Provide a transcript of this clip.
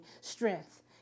strength